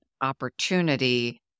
opportunity